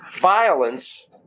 violence